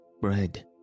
bread